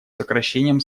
сокращением